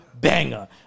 banger